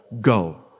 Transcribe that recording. Go